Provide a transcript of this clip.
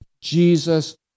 Jesus